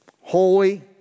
holy